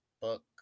book